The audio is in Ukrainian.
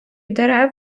дерев